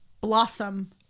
blossom